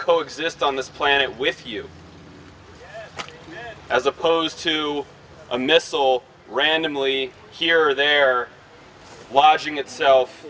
co exist on this planet with you as opposed to a missile randomly here or there washing itself